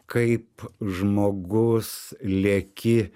kaip žmogus lieki